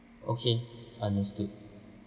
okay understood